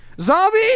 Zombie